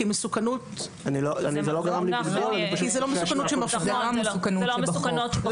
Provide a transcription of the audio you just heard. כי זה לא מסוכנות שמפנה למסוכנות שבחוק.